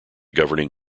governing